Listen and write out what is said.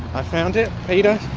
i found it, peter,